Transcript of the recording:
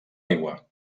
aigua